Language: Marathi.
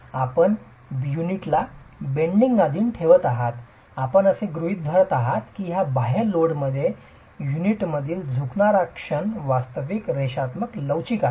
आपण युनिटला बेंडिंगच्या अधीन ठेवत आहात आपण असे गृहित धरत आहात की या बाह्य लोडमुळे युनिटमधील झुकणारा क्षण वास्तविक रेषात्मक लवचिक आहे